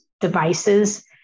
devices